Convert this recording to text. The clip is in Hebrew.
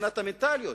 מבחינת המנטליות.